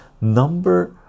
number